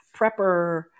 prepper